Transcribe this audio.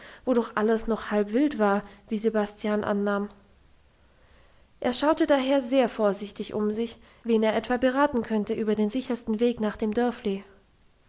wo doch alles noch halb wild war wie sebastian annahm er schaute daher sehr vorsichtig um sich wen er etwa beraten könnte über den sichersten weg nach dem dörfli